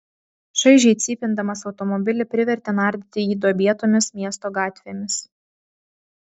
šaižiai cypindamas automobilį privertė nardyti jį duobėtomis miesto gatvėmis